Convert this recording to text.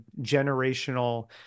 generational